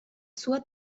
sua